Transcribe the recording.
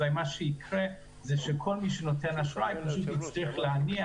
אזי מה שיקרה זה שכל מי שנותן אשראי פשוט יצטרך להניח